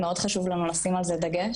מאוד חשוב לנו לשים על זה דגש.